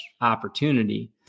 opportunity